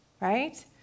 right